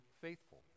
faithful